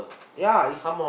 ya is